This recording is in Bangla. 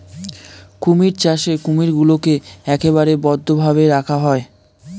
কুমির চাষে কুমিরগুলোকে একেবারে বদ্ধ ভাবে রাখা হয়